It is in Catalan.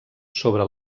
sobre